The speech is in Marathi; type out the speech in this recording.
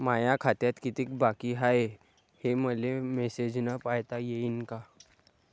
माया खात्यात कितीक बाकी हाय, हे मले मेसेजन पायता येईन का?